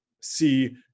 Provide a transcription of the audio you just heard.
see